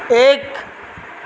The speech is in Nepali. एक